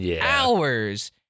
hours